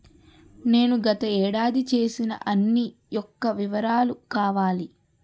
నేను గత ఏడాది చేసిన అన్ని యెక్క వివరాలు కావాలి?